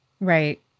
Right